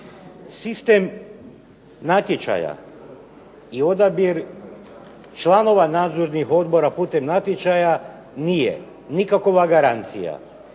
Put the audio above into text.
Sistem natječaja i odabir članova nadzornih odbora putem natječaja nije nikakva garancija